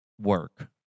Work